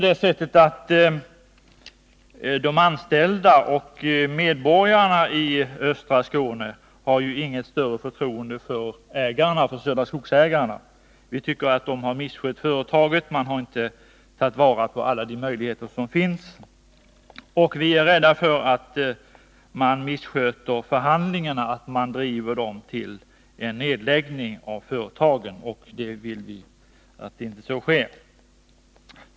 De anställda och invånarna i östra Skåne har emellertid inget större förtroende för Södra Skogsägarna. Vi tycker att de har misskött företagen och inte tagit vara på alla de möjligheter som finns. Nu är vi rädda för att de också missköter förhandlingarna och driver dem till en nedläggning av företagen.